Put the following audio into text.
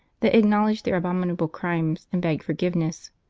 they acknowledged their abominable crimes, and begged forgiveness.